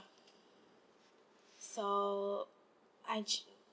so I just